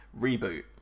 Reboot